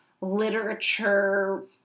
literature